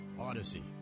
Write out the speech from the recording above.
Odyssey